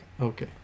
Okay